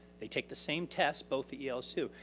they take the same test, both the els too.